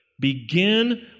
begin